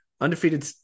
undefeated –